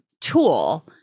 tool